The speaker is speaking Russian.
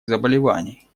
заболеваний